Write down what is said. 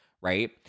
right